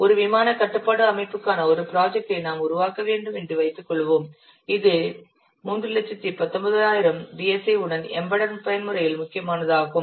ஒரு விமான கட்டுப்பாட்டு அமைப்புக்கான ஒரு ப்ராஜெக்ட் ஐ நாம் உருவாக்க வேண்டும் என்று வைத்துக்கொள்வோம் இது 319000 DSI உடன் எம்பெடெட் பயன்முறையில் முக்கியமானதாகும்